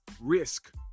risk